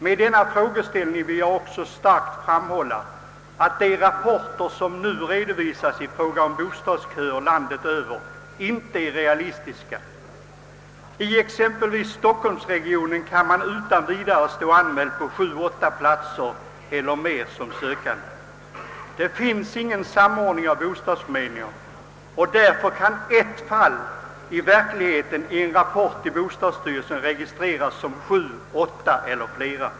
Med denna frågeställning har jag också starkt velat framhålla att de rapporter som nu lämnas rörande bostadsköer landet över inte är realistiska. I stockholmsregionen kan en sökande exempelvis stå anmäld på sju, åtta platser eller mer. Det finns ingen samordning av bostadsförmedlingarna, och därför kan i praktiken ett fall registreras som sju, åtta eller flera fall i en rapport till bostadsstyrelsen.